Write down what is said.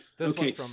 Okay